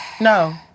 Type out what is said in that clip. no